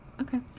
Okay